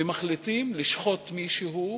ומחליטים לשחוט מישהו,